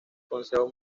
consejo